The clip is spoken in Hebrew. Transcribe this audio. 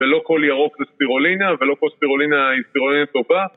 ולא כל ירוק זה ספירולינה, ולא כל ספירולינה היא ספירולינה טובה